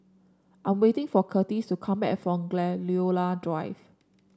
I'm waiting for Curtis to come back from Gladiola Drive